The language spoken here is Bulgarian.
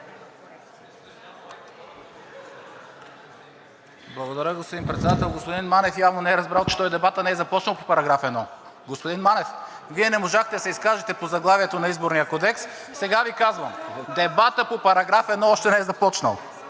Благодаря, господин Председател. Господин Манев явно не е разбрал, че дебатът не е започнал по § 1. Господин Манев, Вие не можахте да се изкажете по заглавието на Изборния кодекс, сега Ви казвам: дебатът по § 1 още не е започнал